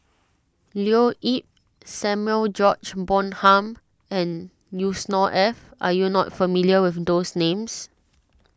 Leo Yip Samuel George Bonham and Yusnor Ef are you not familiar with those names